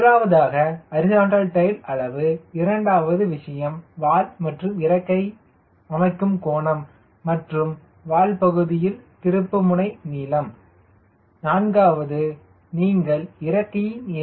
முதலாவதாக horizontal tail அளவு இரண்டாவது விஷயம் வால் மற்றும் இறக்கை அமைக்கும் கோணம் மற்றும் வால் பகுதியில் திருப்புமுனை நீளம் நான்காவது நீங்கள் இறக்கையின் a